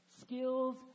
skills